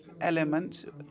element